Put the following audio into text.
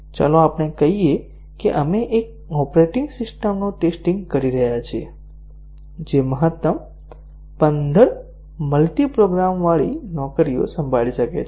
ચાલો આપણે કહીએ કે આપણે એક ઓપરેટિંગ સિસ્ટમનું ટેસ્ટીંગ કરી રહ્યા છીએ જે મહત્તમ પંદર મલ્ટિપ્રોગ્રામવાળી નોકરીઓ સંભાળી શકે છે